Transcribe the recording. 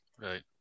Right